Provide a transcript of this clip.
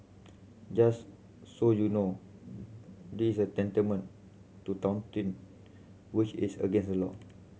just so you know this is tantamount to touting which is against the law